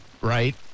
right